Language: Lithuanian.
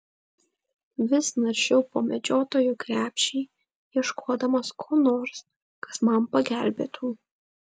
vis naršiau po medžiotojo krepšį ieškodamas ko nors kas man pagelbėtų